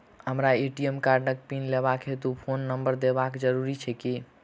हमरा ए.टी.एम कार्डक पिन लेबाक हेतु फोन नम्बर देबाक जरूरी छै की?